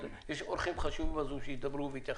יש אורחים חשובים בזום שידברו ויתייחסו.